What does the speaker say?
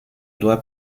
doit